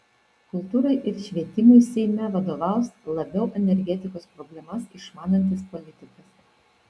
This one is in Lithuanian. kultūrai ir švietimui seime vadovaus labiau energetikos problemas išmanantis politikas